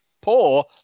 poor